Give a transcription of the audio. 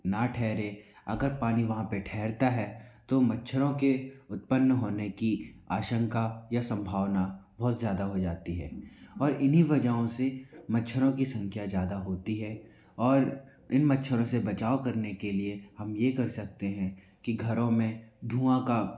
ना ठहरे अगर पानी वहाँ पर ठैहरता है तो मच्छरों के उत्पन्न होने की आशंका या संभावना बहुत ज़्यादा हो जाती है और इन्हीं वजहों से मच्छरों की संख्या ज़्यादा होती है और इन मच्छरों से बचाव करने के लिए हम ये कर सकते हैं कि घरों में धुँआ का